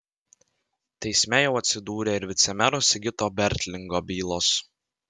teisme jau atsidūrė ir vicemero sigito bertlingo bylos